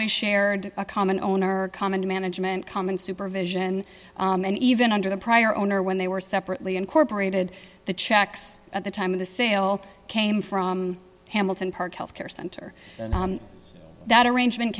always shared a common owner a common to management common supervision an even under the prior owner when they were separately incorporated the checks at the time of the sale came from hamilton park health care center and that arrangement